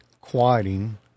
quieting